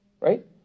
Right